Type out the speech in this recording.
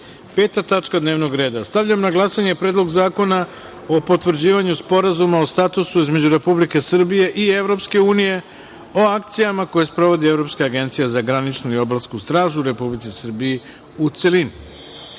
tačka dnevnog reda. Stavljam na glasanje Predlog zakona o potvrđivanju Sporazuma o statusu između Republike Srbije i Evropske unije o akcijama koje sprovodi Evropska agencija za graničnu i obalsku stražu u Republici Srbiji, u celini. Molim